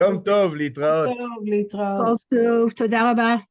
יום טוב, להתראות. יום טוב, להתראות. תודה רבה.